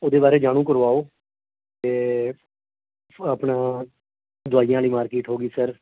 ਉਹਦੇ ਬਾਰੇ ਜਾਣੂ ਕਰਵਾਓ ਅਤੇ ਆਪਣਾ ਦਵਾਈਆਂ ਵਾਲੀ ਮਾਰਕਿਟ ਹੋ ਗਈ ਸਰ